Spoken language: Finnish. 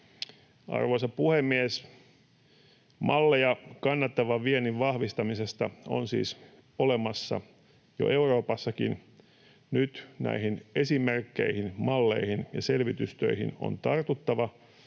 Arvoisa puhemies! Malleja kannattavan viennin vahvistamisesta on siis olemassa jo Euroopassakin. Nyt näihin esimerkkeihin, malleihin ja selvitystöihin on tartuttava,